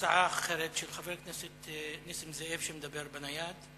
הצעה אחרת של חבר הכנסת נסים זאב, שמדבר בנייד.